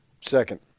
Second